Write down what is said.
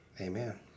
amen